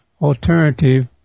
alternative